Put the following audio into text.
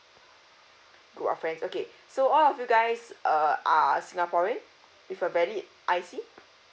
group of friends okay so all of you guys uh are singaporean with a valid I_C